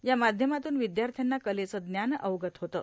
या माध्यमातून विद्याथ्याना कलेचं ज्ञान अवगत होतं